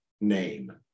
name